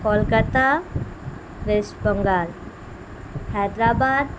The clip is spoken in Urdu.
کولکاتہ ویسٹ بنگال حیدرآباد